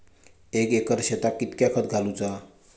एक एकर शेताक कीतक्या खत घालूचा?